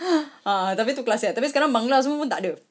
a'ah tapi tu tapi sekarang bangla semua pun tak ada